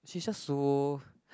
she's just so